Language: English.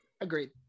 Agreed